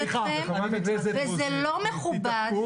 וזה לא מכובד,